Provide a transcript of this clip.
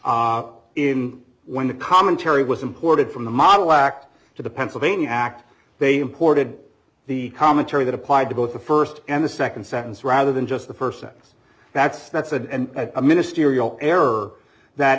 e in one the commentary was imported from the model act to the pennsylvania act they imported the commentary that applied to both the first and the second sentence rather than just the first sentence that's that said and a ministerial error that